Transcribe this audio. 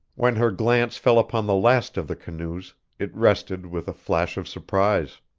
when her glance fell upon the last of the canoes it rested with a flash of surprise.